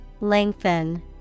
Lengthen